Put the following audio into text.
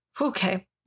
Okay